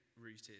rooted